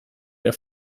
der